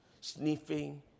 Sniffing